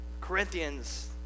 Corinthians